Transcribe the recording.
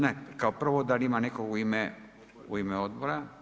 Ne, kao prvo da li ima netko u ime Odbor?